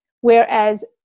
whereas